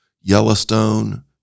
yellowstone